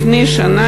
לפני שנה,